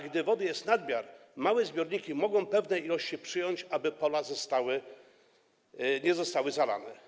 Gdy wody jest nadmiar, małe zbiorniki mogą pewne ilości przyjąć, aby pola nie zostały zalane.